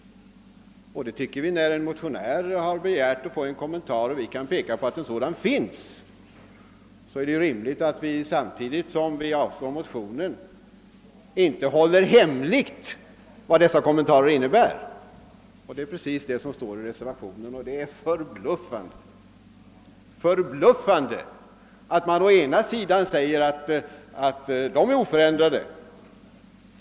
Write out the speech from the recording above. Men vi tycker att när en motionär begärt att få en kommentar och vi kan peka på att en sådan finns är det rimligt att vi, då motionen avstyrks, inte håller hemligt vad dessa regler innehåller. Det är precis vad som står i reservationen, och det är förbluffande att man bara nöjer sig med att säga att reglerna är oförändrade.